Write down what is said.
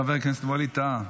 חבר הכנסת ווליד טאהא,